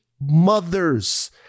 mothers